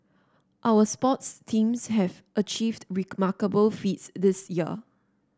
our sports teams have achieved remarkable feats this year